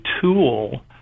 tool